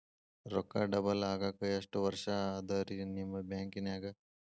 ರೊಕ್ಕ ಡಬಲ್ ಆಗಾಕ ಎಷ್ಟ ವರ್ಷಾ ಅದ ರಿ ನಿಮ್ಮ ಬ್ಯಾಂಕಿನ್ಯಾಗ?